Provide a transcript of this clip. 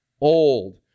old